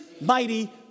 mighty